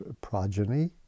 progeny